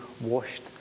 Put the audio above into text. washed